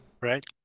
right